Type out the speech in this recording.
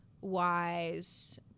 wise